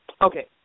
Okay